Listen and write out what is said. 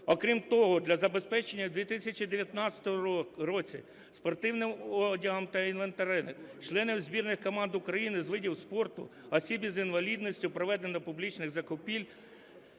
Окрім того, для забезпечення 2019 році спортивним одягом та інвентарем членів збірних команд України з видів спорту, осіб із інвалідністю проведено публічних закупівель